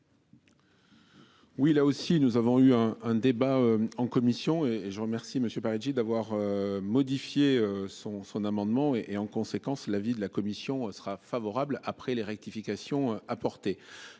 Oui là aussi nous avons eu un, un débat en commission et je remercie monsieur Paretti d'avoir modifié son son amendement. Et, et en conséquence, l'avis de la commission sera favorable après les rectifications apportées